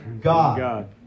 God